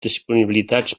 disponibilitats